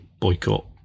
boycott